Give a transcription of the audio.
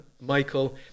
Michael